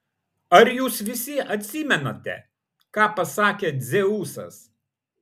ar jūs visi atsimenate ką pasakė dzeusas